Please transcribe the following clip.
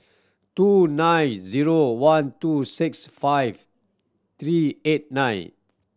two nine zero one two six five three eight nine